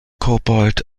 kobold